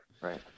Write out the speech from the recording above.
right